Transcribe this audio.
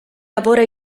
lavora